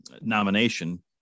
nomination